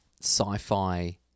sci-fi